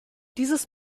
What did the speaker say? dieses